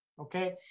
okay